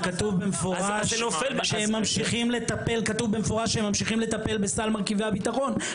כתוב במפורש שהם ממשיכים לטפל בסל מרכיבי הביטחון.